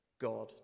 God